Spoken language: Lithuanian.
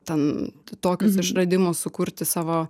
ten tokius išradimus sukurti savo